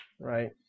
Right